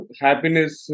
happiness